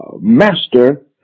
Master